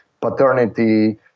paternity